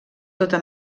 tota